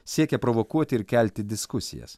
siekia provokuoti ir kelti diskusijas